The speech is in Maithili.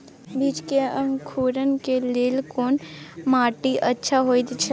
बीज के अंकुरण के लेल कोन माटी अच्छा होय छै?